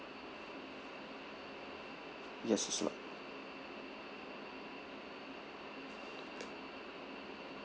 yes is allowed